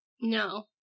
No